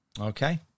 Okay